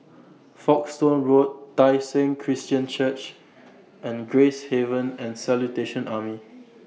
Folkestone Road Tai Seng Christian Church and Gracehaven The Salvation Army